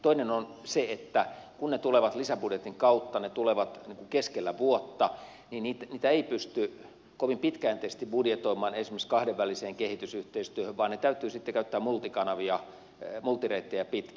toinen on se että kun ne tulevat lisäbudjetin kautta ne tulevat keskellä vuotta niin niitä ei pysty kovin pitkäjänteisesti budjetoimaan esimerkiksi kahdenväliseen kehitysyhteistyöhön vaan ne täytyy sitten käyttää multikanavia multireittejä pitkin